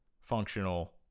functional